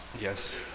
Yes